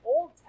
Old